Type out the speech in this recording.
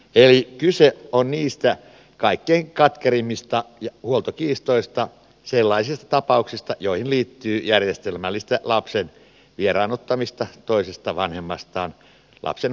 eli kyse on niistä kaikkein katkerimmista huoltokiistoista sellaisista tapauksista joihin liittyy järjestelmällistä lapsen vieraannuttamista toisesta vanhemmastaan lapsen huoltajan toimesta